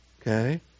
okay